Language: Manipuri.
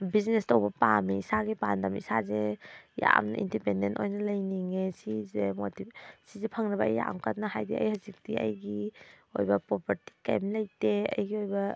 ꯕꯤꯖꯤꯅꯦꯁ ꯇꯧꯕ ꯄꯥꯝꯃꯤ ꯏꯁꯥꯒꯤ ꯄꯥꯟꯗꯝ ꯏꯁꯥꯁꯦ ꯌꯥꯝꯅ ꯏꯟꯗꯤꯄꯦꯟꯗꯦꯟ ꯑꯣꯏꯅ ꯂꯩꯅꯤꯡꯉꯦ ꯁꯤꯁꯦ ꯁꯤꯁꯦ ꯐꯪꯅꯕ ꯑꯩ ꯌꯥꯝ ꯀꯟꯅ ꯍꯥꯏꯗꯤ ꯑꯩ ꯍꯧꯖꯤꯛꯇꯤ ꯑꯩꯒꯤ ꯑꯣꯏꯕ ꯄ꯭ꯔꯣꯄꯔꯇꯤ ꯀꯔꯤꯝ ꯂꯩꯇꯦ ꯑꯩꯒꯤ ꯑꯣꯏꯕ